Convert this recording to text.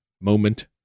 moment